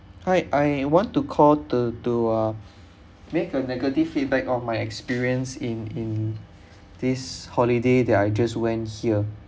hi I want to call to to uh make a negative feedback on my experience in in this holiday that I just went here